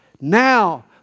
Now